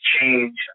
change